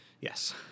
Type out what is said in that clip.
Yes